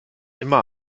immer